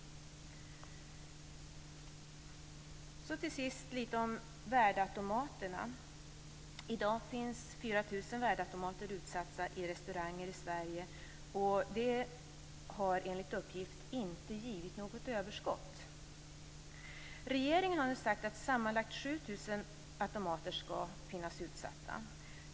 Till sist några ord om värdeautomaterna. I dag finns 4 000 värdeautomater utställda i restauranger i Sverige, och de har enligt uppgift inte givit något överskott. Regeringen har sagt att sammanlagt 7 000 automater skall ställas ut.